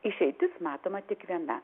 išeitis matoma tik viena